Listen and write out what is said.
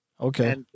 okay